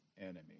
enemy